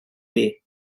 bay